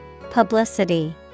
Publicity